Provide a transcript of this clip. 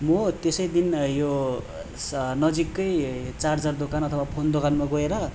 म त्यसै दिन यो नजिककै चार्जर दोकान अथवा फोन दोकानमा गएर